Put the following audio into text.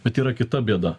bet yra kita bėda